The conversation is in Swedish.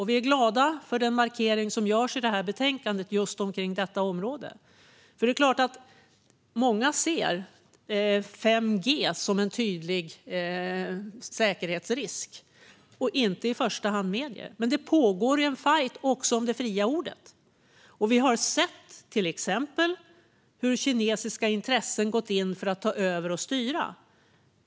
Vi är glada för den markering som görs i betänkandet om just detta område. Många ser 5G, inte medier i första hand, som en tydlig säkerhetsrisk, men det pågår en fajt också om det fria ordet. Vi har sett till exempel hur kinesiska intressen gått in för att ta över och styra.